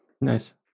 Nice